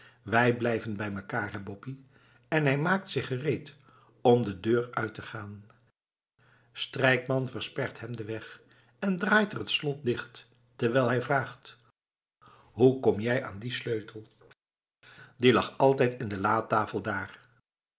wij blijven bij mekaar hé boppie en hij maakt zich gereed om de deur uit te gaan strijkman verspert hem den weg en draait het slot dicht terwijl hij vraagt hoe kom jij aan dien sleutel die lag altijd in de latafel dààr